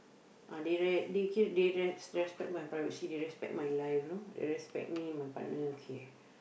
ah they re~ they ca~ they res~ respect my privacy they respect my life you know they respect me and my partner okay